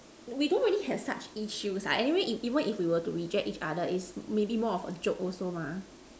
we don't really have such issues ah anyway if even if we were to reject each other it's maybe more of a joke also mah